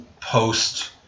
post